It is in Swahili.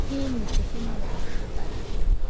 Hii ni sehemu ya mahabara,